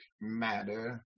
matter